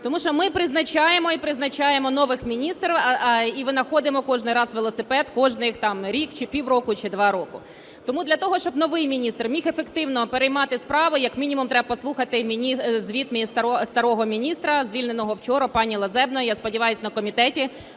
Тому що ми призначаємо і призначаємо нових міністрів, і винаходимо кожний раз велосипед кожних там рік чи пів року, чи два роки. Тому для того, щоб новий міністр міг ефективно переймати справи, як мінімум треба послухати звіт старого міністра, звільненого вчора, пані Лазебної. Я сподіваюсь, на комітеті